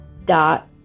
dot